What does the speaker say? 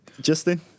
Justin